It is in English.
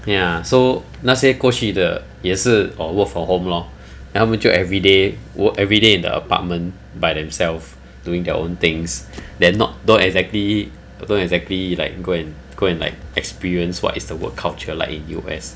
ya so 那些过去的也是 orh work from home lor then 他们就 everyday work everyday in the apartment by themselves doing their own things then not don't exactly not exactly like go and go and like experience what is the work culture like U_S